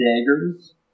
daggers